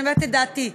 אני אומרת את דעתי.